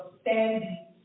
standing